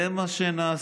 זה מה שנעשה.